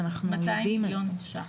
200 מיליון ₪.